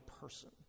person